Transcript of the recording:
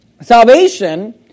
salvation